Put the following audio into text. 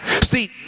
See